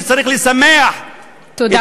שצריך לשמח את כל אלה,